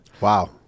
Wow